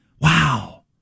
Wow